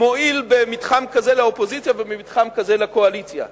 מועיל במתחם כזה לאופוזיציה ובמתחם כזה לקואליציה.